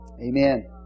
Amen